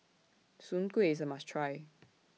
Soon Kuih IS A must Try